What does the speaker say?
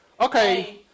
Okay